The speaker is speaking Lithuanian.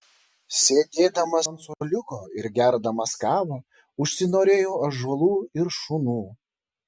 sėdėdamas ant suoliuko ir gerdamas kavą užsinorėjau ąžuolų ir šunų